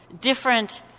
different